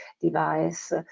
device